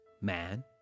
man